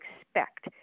expect